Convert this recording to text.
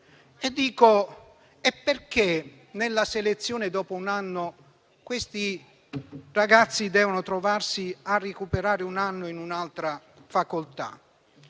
perché, nella selezione dopo un anno, questi ragazzi devono trovarsi a recuperare un anno in un'altra facoltà?